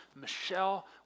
michelle